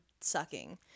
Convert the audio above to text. sucking